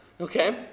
okay